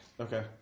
Okay